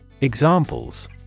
Examples